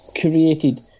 created